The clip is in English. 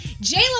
J-Lo